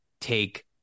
take